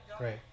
Right